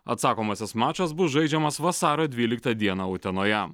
atsakomasis mačas bus žaidžiamas vasario dvyliktą dieną utenoje